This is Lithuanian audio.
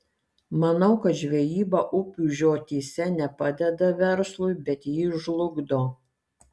manau kad žvejyba upių žiotyse ne padeda verslui bet jį žlugdo